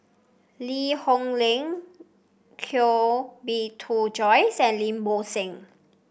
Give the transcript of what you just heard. Lee Hoon Leong Koh Bee Tuan Joyce and Lim Bo Seng